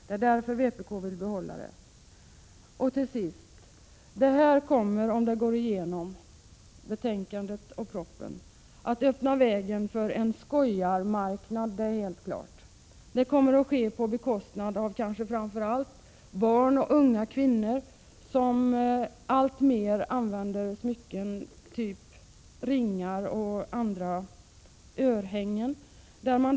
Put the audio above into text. Det är därför vpk vill behålla det. För det femte kommer förslaget i betänkandet och propositionen, om det bifalles, att öppna vägen för en skojarmarknad. Det kommer att ske på bekostnad av ökad förekomst av allergier hos kanske framför allt barn och unga kvinnor, som alltmer använder smycken i form av ringar, örhängen m.m.